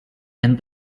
and